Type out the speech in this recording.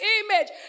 image